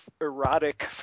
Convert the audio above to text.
erotic